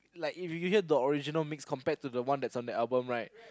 like if you get the original mix compared to the one that's on the album right